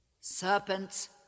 Serpents